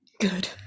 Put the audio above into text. Good